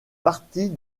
partie